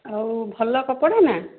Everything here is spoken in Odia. ଆଉ ଭଲ କପଡ଼ା ନା